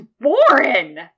Warren